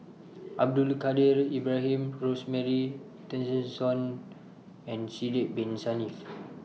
Abdul Kadir Ibrahim Rosemary Tessensohn and Sidek Bin Saniff